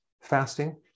fasting